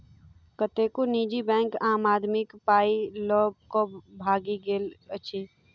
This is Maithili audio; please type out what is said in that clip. कतेको निजी बैंक आम आदमीक पाइ ल क भागि गेल अछि